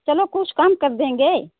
चलो कुछ कम कर देंगे